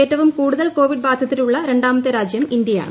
ഏറ്റവും കൂടുതൽ കോവിഡ് ബാധിതർ ഉള്ള രണ്ടാമത്തെ രാജ്യം ഇന്ത്യയാണ്